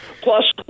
Plus